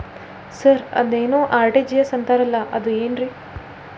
Sir ಅದೇನು RTGS ಅಂತಾರಲಾ ಅದು ಏನ್ರಿ?